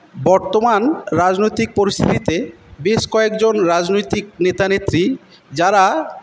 বর্তমান রাজনৈতিক পরিস্থিতিতে বেশ কয়েকজন রাজনৈতিক নেতা নেত্রী যারা